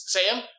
Sam